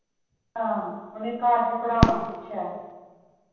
हां उ'नें घर वी पढ़ाना